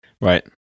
Right